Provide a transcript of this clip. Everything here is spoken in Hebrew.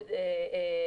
דיווח.